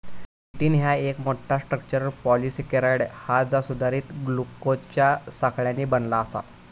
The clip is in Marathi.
चिटिन ह्या एक मोठा, स्ट्रक्चरल पॉलिसेकेराइड हा जा सुधारित ग्लुकोजच्या साखळ्यांनी बनला आसा